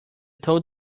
toad